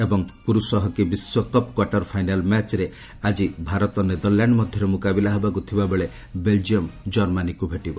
hockey ପୁରୁଷ hockey ବିଶ୍ୱକପ୍ quarter final ମ୍ୟାଚ୍ରେ ଆଜି ଭାରତ ନେଦରଲ୍ୟାଣ୍ଡ୍ ମଧ୍ୟରେ ମୁକାବିଲା ହେବାକୁ ଥିବା ବେଳେ ବେଲ୍ଜିୟମ୍ ଜର୍ମାନୀକୁ ଭେଟିବ